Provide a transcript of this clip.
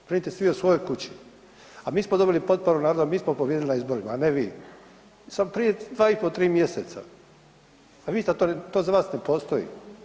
Brinite se vi o svojoj kući, a mi smo dobili potporu naroda, mi smo pobijedili na izborima, a ne vi i sad prije 2,5-3 mjeseca, a vi ste to, to za vas ne postoji.